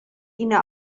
ina